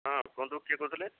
ହଁ କୁହନ୍ତୁ କିଏ କହୁଥିଲେ